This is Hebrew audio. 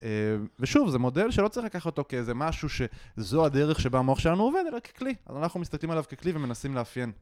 ושוב, זה מודל שלא צריך לקחת אותו כאיזה משהו שזו הדרך שבה המוח שלנו עובד, אלא ככלי. אנחנו מסתכלים עליו ככלי ומנסים לאפיין